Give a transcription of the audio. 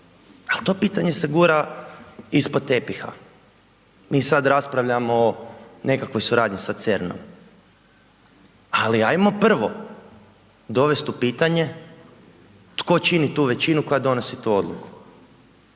Ali to pitanje se gura ispod tepiha. Mi sad raspravljamo o nekakvoj suradnji sa CERN-om. Ali, hajmo prvo dovesti u pitanje tko čini tu većinu koja donosi tu odluku.